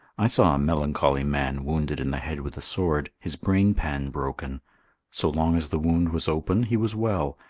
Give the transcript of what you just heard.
i saw a melancholy man wounded in the head with a sword, his brainpan broken so long as the wound was open he was well,